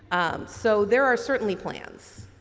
so, there are certainly plans.